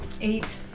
Eight